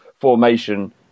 formation